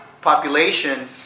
population